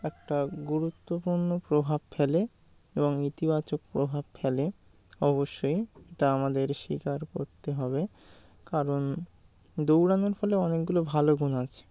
একটা গুরুত্বপূর্ণ প্রভাব ফেলে এবং ইতিবাচক প্রভাব ফেলে অবশ্যই এটা আমাদের স্বীকার করতে হবে কারণ দৌড়ানোর ফলে অনেকগুলো ভালো গুণ আছে